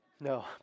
No